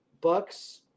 Bucks